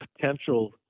potential